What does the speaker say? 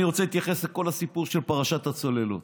אני רוצה להתייחס לכל הסיפור של פרשת הצוללות.